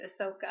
Ahsoka